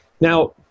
Now